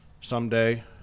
someday